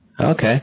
Okay